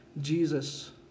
Jesus